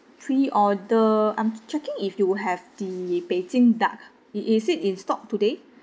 preorder I'm checking if you will have the beijing duck i~ is it in stock today